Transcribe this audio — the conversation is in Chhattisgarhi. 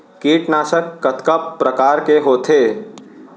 कीटनाशक कतका प्रकार के होथे?